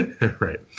Right